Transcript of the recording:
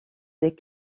des